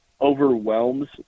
overwhelms